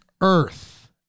earth